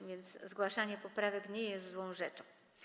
A więc zgłaszanie poprawek nie jest złą rzeczą.